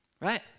Right